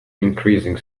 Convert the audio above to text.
increasing